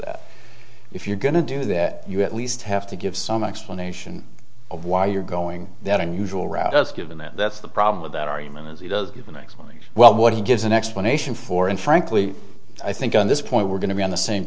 that if you're going to do that you at least have to give some explanation of why you're going that unusual route just given that that's the problem with that argument as it does you can explain well what he gives an explanation for and frankly i think on this point we're going to be on the same